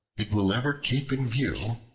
it will ever keep in view,